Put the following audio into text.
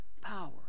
power